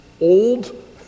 old